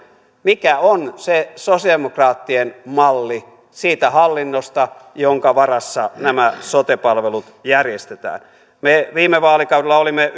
mikä on se sosialidemokraattien malli siitä hallinnosta jonka varassa nämä sote palvelut järjestetään me viime vaalikaudella olimme